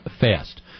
fast